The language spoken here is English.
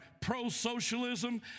pro-socialism